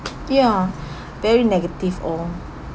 ya very negative all